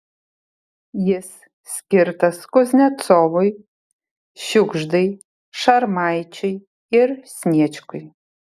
jis skirtas kuznecovui žiugždai šarmaičiui ir sniečkui